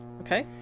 Okay